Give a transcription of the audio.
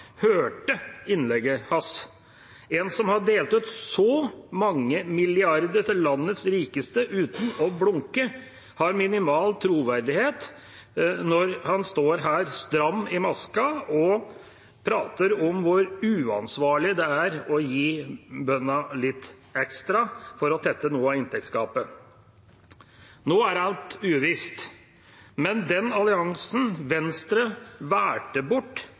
hørte innlegget hans. En som har delt ut så mange milliarder til landets rikeste uten å blunke, har minimal troverdighet når han står her, stram i maska, og prater om hvor uansvarlig det er å gi bøndene litt ekstra for å tette noe av inntektsgapet. Nå er alt uvisst. Men den alliansen Venstre valgte bort